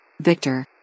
Victor